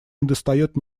недостает